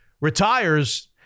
retires